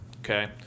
Okay